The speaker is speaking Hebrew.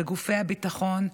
בגופי הביטחון,